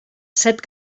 set